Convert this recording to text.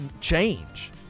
change